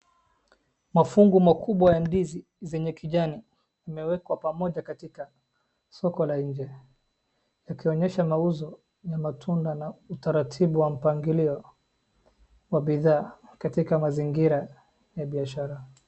Mafungu makubwa ya ndizi zenye kijani yamewekwa pamoja katika soko la nje, yakionyesha mauzo na matunda na utaratibu wa mpangilio wa bidhaa katika mazingira ya biashara.